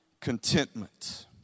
contentment